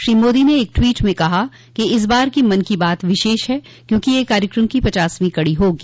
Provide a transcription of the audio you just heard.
श्री मोदी ने एक ट्वीट में कहा कि इस बार की मन की बात विशेष है क्योंकि यह कार्यक्रम की पचासवीं कड़ी होगी